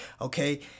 Okay